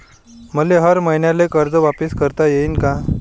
मले हर मईन्याले कर्ज वापिस करता येईन का?